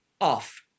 off